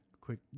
quick